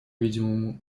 видимому